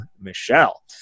Michelle